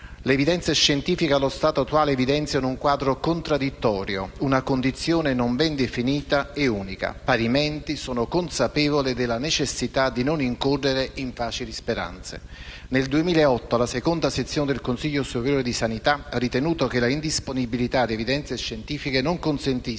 Le evidenze scientifiche, allo stato attuale, evidenziano un quadro contraddittorio, una condizione non ben definita e unica. Parimenti sono consapevole della necessità di non incorrere in facili speranze. Nel 2008 la seconda sezione del Consiglio superiore di sanità ha ritenuto che la indisponibilità di evidenze scientifiche non consentisse,